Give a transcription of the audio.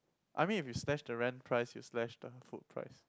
I mean if you slash the rent price you slash the food price